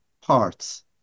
parts